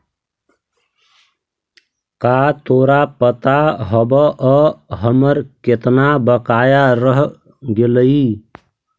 का तोरा पता हवअ हमर केतना बकाया रह गेलइ